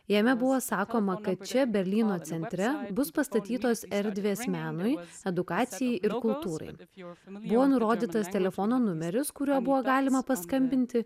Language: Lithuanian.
jame buvo sakoma kad pačioje berlyno centre bus pastatytos erdvės menui edukacijai kultūrai kaip jau jo nurodytas telefono numeris kuriuo buvo galima paskambinti